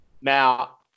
Now